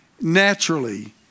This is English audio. naturally